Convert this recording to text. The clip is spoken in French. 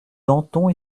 danton